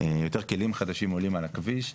יותר כלים חדשים עולים על הכביש,